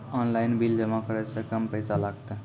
Online bill जमा करै से कम पैसा लागतै?